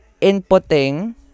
inputting